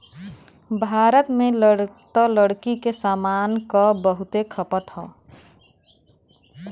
भारत में त लकड़ी के सामान क बहुते खपत हौ